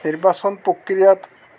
নিৰ্বাচন প্ৰক্ৰিয়াত